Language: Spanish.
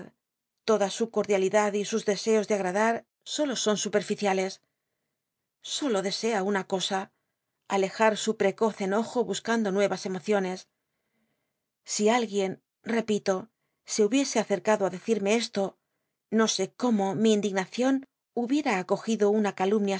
toda su cordialidad y sus deseos de agradar solo son supediciales solo desea una cosa aleja r su precoz enojo buscando nueras emociones si alguien repito se hubiese acci'cado á decirme esto no sé cómo mi indignacion hubiera acogido una c